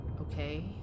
Okay